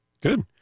Good